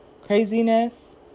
craziness